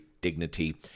dignity